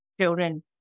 children